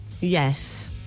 Yes